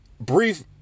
brief